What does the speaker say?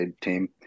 team